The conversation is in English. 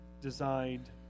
designed